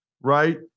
Right